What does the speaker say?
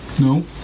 No